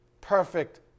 Perfect